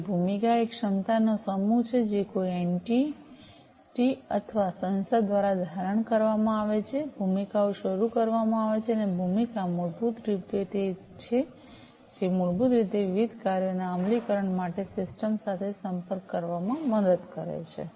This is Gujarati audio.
તેથી ભૂમિકા એ ક્ષમતાઓનો સમૂહ છે જે કોઈ એન્ટિટી અથવા સંસ્થા દ્વારા ધારણ કરવામાં આવે છે ભૂમિકાઓ શરૂ કરવામાં આવે છે અને ભૂમિકા મૂળભૂત રૂપે તે છે જે મૂળભૂત રીતે વિવિધ કાર્યોના અમલીકરણ માટે સિસ્ટમ સાથે સંપર્ક કરવામાં મદદ કરે છે